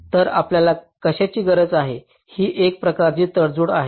तर आपल्याला कशाची गरज आहे ही एक प्रकारची तडजोड आहे